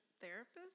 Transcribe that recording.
Therapist